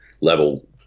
level